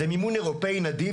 מימון אירופאי נדיב,